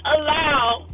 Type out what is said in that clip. allow